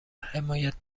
حمایت